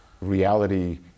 Reality